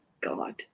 god